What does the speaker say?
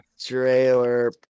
Trailer